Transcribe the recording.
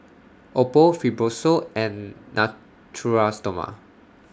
Oppo Fibrosol and Natura Stoma